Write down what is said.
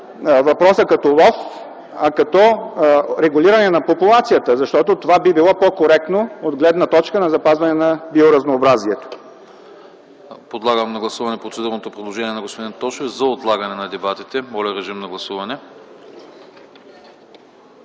въпроса като „лов”, а като „регулиране на популацията”, защото това би било по-коректно от гледна точка на запазване на биоразнообразието.